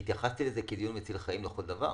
והתייחסתי לזה כאל דיון מציל חיים לכל דבר.